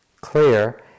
clear